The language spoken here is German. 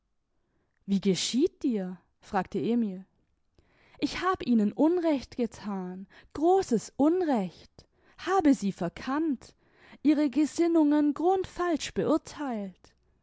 wie geschieht dir fragte emil ich hab ihnen unrecht gethan großes unrecht habe sie verkannt ihre gesinnungen grundfalsch beurtheilt